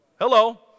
Hello